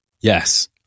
yes